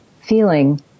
feeling